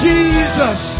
Jesus